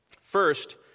First